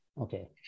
Okay